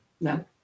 No